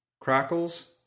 crackles